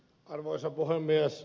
arvoisa puhemies